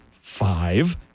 five